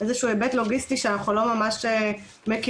איזה שהוא היבט לוגיסטי שאנחנו לא ממש מכירים